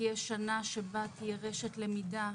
תהיה שנה שבה תהיה רשת למידה,